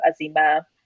Azima